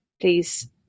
Please